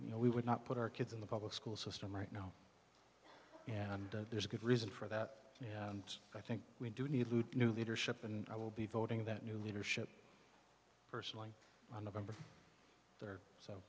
you know we would not put our kids in the public school system right now and there's a good reason for that and i think we do need new leadership and i will be voting that new leadership personally on november there so